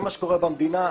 זה מה שקורה במדינה.